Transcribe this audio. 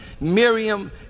Miriam